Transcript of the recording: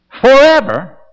forever